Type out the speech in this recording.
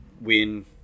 win